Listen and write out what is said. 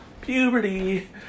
Puberty